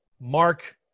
Mark